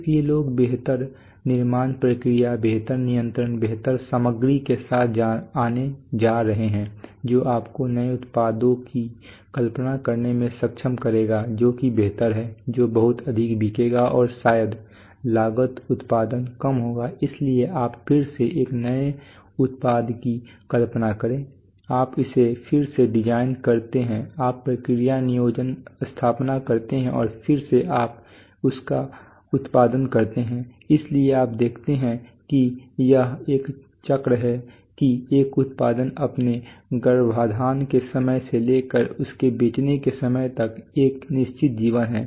इसलिए लोग बेहतर निर्माण प्रक्रियाओं बेहतर नियंत्रण बेहतर सामग्री के साथ आने जा रहे हैं जो आपको नए उत्पादों की कल्पना करने में सक्षम करेगा जो कि बेहतर हैं जो बहुत अधिक बिकेंगे और शायद लागत उत्पादन कम होगा इसलिए आप फिर से एक नए उत्पाद की कल्पना करें आप इसे फिर से डिज़ाइन करते हैं आप प्रक्रिया नियोजन स्थापना करते हैं और फिर से आप इसका उत्पादन करते हैं इसलिए आप देखते हैं कि यह एक चक्र है कि एक उत्पाद अपने गर्भाधान के समय से लेकर उसके बेचने के समय तक एक निश्चित जीवन है